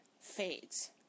fades